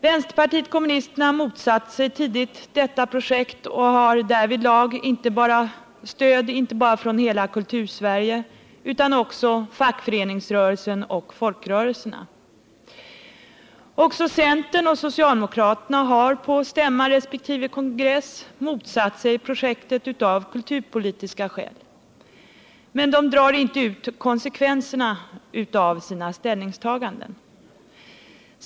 Vänsterpartiet kommunisterna motsatte sig tidigt detta projekt och har därvidlag stöd inte bara från hela Kultursverige utan också från fackföreningsrörelsen och folkrörelserna. Också centern och socialdemokraterna har på stämma resp. kongress motsatt sig projektet av kulturpolitiska skäl, men de drar inte ut konsekvenserna av sina ställningstaganden.